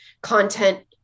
content